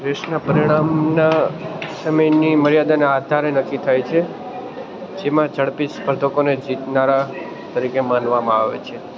રેસના પરિણામના સમયની મર્યાદાના આધારે નક્કી થાય છે જેમાં ઝડપી સ્પર્ધકોને જીતનારા તરીકે માનવામાં આવે છે